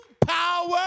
power